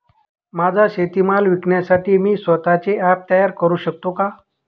माझा शेतीमाल विकण्यासाठी मी स्वत:चे ॲप तयार करु शकतो का?